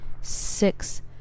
six